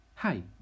Hi